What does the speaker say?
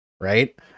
right